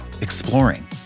exploring